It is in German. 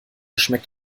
schmeckt